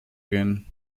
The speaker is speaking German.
gehen